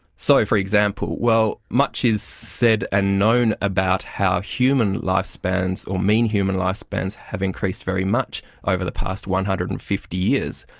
so for example, well much is said and known about how human life spans, or mean human life spans have increased very much over the past one hundred and fifty years.